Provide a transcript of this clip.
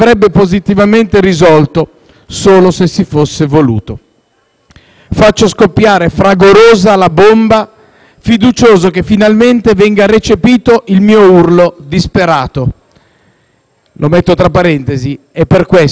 «Faccio scoppiare fragorosa la bomba, fiducioso che finalmente venga recepito il mio urlo, disperato». È per questo che mi permetto di leggere la sua lettera in quest'Aula.